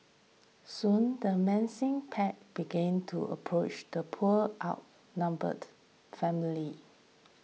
soon the menacing pack began to approach the poor outnumbered family